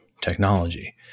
technology